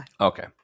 Okay